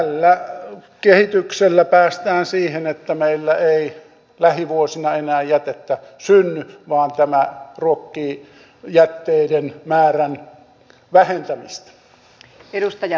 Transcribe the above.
tällä kehityksellä päästään siihen että meillä ei lähivuosina enää jätettä synny vaan tämä ruokkii jätteiden määrän vähentämistä